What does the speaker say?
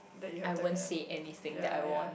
that you have ten million ya ya